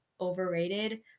overrated